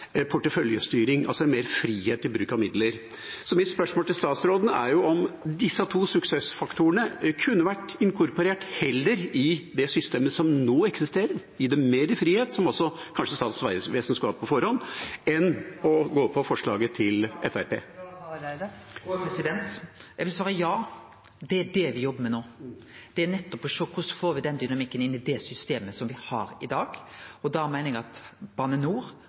porteføljestyring, altså mer frihet i bruk av midler. Mitt spørsmål til statsråden er om disse to suksessfaktorene heller kunne vært inkorporert i det systemet som nå eksisterer – gi dem mer frihet, som kanskje Statens vegvesen skulle hatt på forhånd – enn å gå for forslaget til Fremskrittspartiet. Eg vil svare ja, det er det me jobbar med no, nettopp å sjå på korleis me kan få den dynamikken inn i det systemet me har i dag, Da meiner eg at Bane NOR